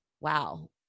wow